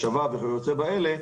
השבה וכיוצא באלה,